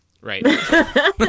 right